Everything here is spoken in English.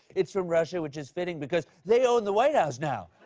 it's from russia, which is fitting because they own the white house now.